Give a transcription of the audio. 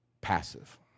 passive